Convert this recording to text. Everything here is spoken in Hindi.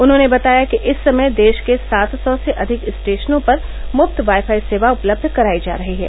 उन्होंने बताया कि इस समय देश के सात सौ से अधिक स्टेशनों पर मुफ्त वाईफाई सेवा उपलब्ध कराई जा रही है